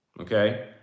okay